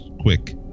quick